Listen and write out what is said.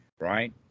right